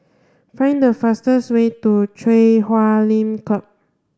find the fastest way to Chui Huay Lim Club